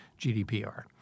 GDPR